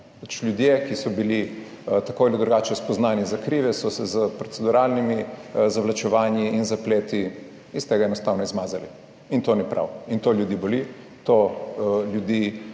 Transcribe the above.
ljudje, ki so bili tako ali drugače spoznani za krive, so se s proceduralnimi zavlačevanji in zapleti iz tega enostavno izmazali in to ni prav. In to ljudi boli, to ljudi